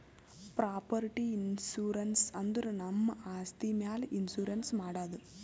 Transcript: property insurance ಅಂದುರ್ ನಮ್ ಆಸ್ತಿ ಮ್ಯಾಲ್ ಇನ್ಸೂರೆನ್ಸ್ ಮಾಡದು